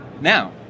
Now